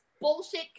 bullshit